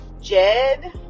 jed